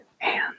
and